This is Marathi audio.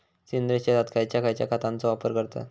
सेंद्रिय शेतात खयच्या खयच्या खतांचो वापर करतत?